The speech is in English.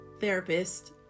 therapist